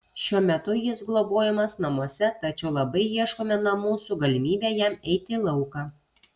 šiuo metu jis globojamas namuose tačiau labai ieškome namų su galimybe jam eiti į lauką